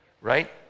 right